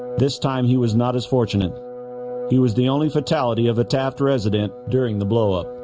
this time he was not as fortunate he was the only fatality of a taft resident during the blow up